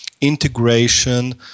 integration